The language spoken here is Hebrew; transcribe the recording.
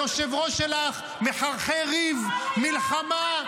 היושב-ראש שלך מחרחר ריב, מלחמה.